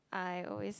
I always